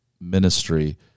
ministry